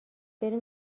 بریم